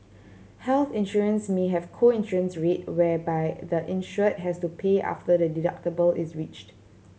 health insurance may have a co insurance rate whereby the insured has to pay after the deductible is reached